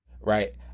Right